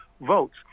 votes